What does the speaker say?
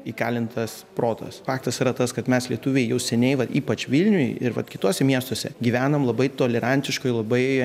įkalintas protas faktas yra tas kad mes lietuviai jau seniai va ypač vilniuj ir vat kituose miestuose gyvenam labai tolerantiškoj labai